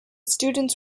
students